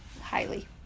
Highly